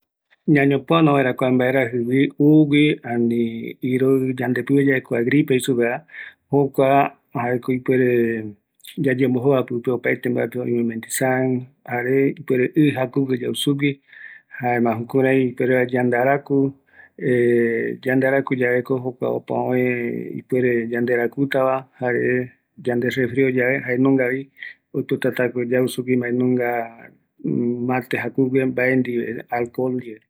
Ñañepëano vaeta kuagui, jaeko yayembojovata sugui, oïme moa reta, mentizan, te aguariete ndive, jare guiyeta yau ɨ ïroɨjague